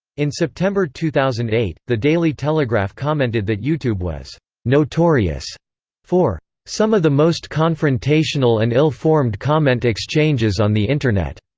in september two thousand and eight, the daily telegraph commented that youtube was notorious for some of the most confrontational and ill-formed comment exchanges on the internet,